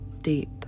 deep